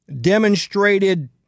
demonstrated